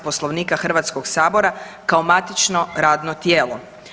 Poslovnika Hrvatskog sabora kao matično radno tijelo.